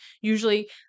usually